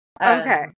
Okay